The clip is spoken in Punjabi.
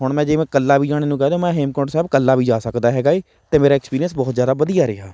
ਹੁਣ ਮੈਂ ਜੇ ਮੈਂ ਇਕੱਲਾ ਵੀ ਜਾਣ ਨੂੰ ਕਹਿ ਦਿਓ ਮੈਂ ਹੇਮਕੁੰਟ ਸਾਹਿਬ ਇਕੱਲਾ ਵੀ ਜਾ ਸਕਦਾ ਹੈਗਾ ਹੈ ਅਤੇ ਮੇਰਾ ਐਕਸਪੀਰੀਸ ਬਹੁਤ ਜ਼ਿਆਦਾ ਵਧੀਆ ਰਿਹਾ